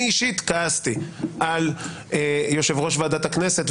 אני אישית כעסתי על יושב-ראש ועדת הכנסת,